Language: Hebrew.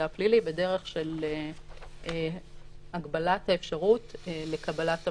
הפלילי בדרך של הגבלת האפשרות לקבלת המידע.